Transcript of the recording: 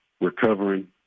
recovering